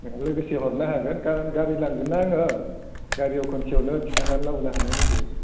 नोंहा लोगोसे हरनो हागोन कारन गारि लांगोनना आङो गारियाव खनसेआवनो थिखोना लाबोनो हानायनि दे